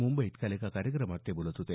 मुंबईत काल एका कार्यक्रमात ते बोलत होते